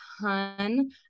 ton